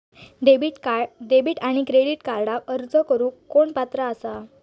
Debit आणि credit कार्डक अर्ज करुक कोण पात्र आसा?